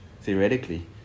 theoretically